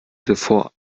zuvor